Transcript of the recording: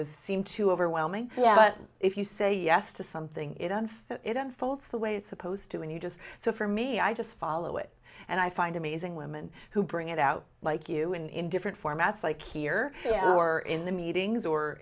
was seem too overwhelming but if you say yes to something it unfair it unfolds the way it's supposed to and you just so for me i just follow it and i find amazing women who bring it out like you in different formats like here or in the meetings or